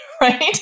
right